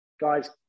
guys